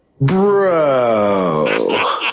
Bro